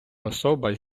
особа